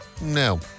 no